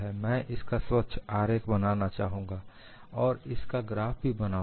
मैं इसका स्वच्छ आरेख बनाना चाहूंगा और इसका ग्राफ भी बनाऊंगा